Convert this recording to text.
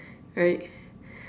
right